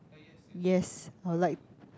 yes I'd like